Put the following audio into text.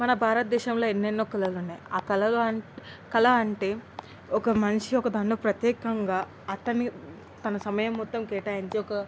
మన భారత దేశంలో ఎన్నెన్నో కళలు ఉన్నాయి ఆ కళలో కళ అంటే ఒక మనిషి ఒక దాంట్లో ప్రత్యేకంగా అతని తన సమయం మొత్తం కేటాయించి ఒక